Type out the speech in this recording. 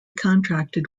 contracted